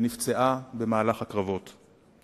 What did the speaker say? ונפצעה במהלך הקרבות.